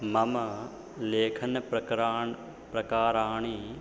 मम लेखनप्रकाराणि प्रकाराणि